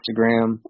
Instagram